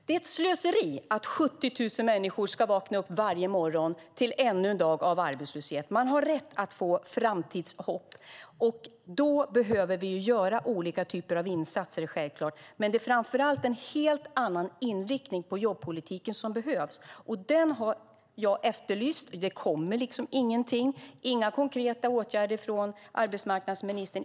Det är ett slöseri att 70 000 människor ska vakna upp varje morgon till ännu en dag av arbetslöshet. Man har rätt att få framtidshopp, och då behöver vi göra olika typer av insatser, självklart. Men det är framför allt en helt annan inriktning på jobbpolitiken som behövs. Den har jag efterlyst. Det kommer liksom ingenting. Det är inga konkreta åtgärder från arbetsmarknadsministern.